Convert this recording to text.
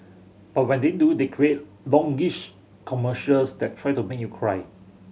but when they do they create longish commercials that try to make you cry